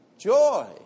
joy